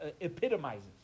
epitomizes